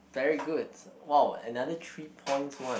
very good !wow! another three points one